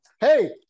Hey